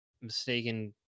mistaken